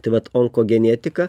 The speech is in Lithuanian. tai vat onkogenetika